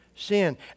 Sin